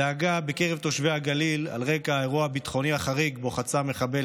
הדאגה בקרב תושבי הגליל על רקע האירוע הביטחוני החריג שבו חצה מחבל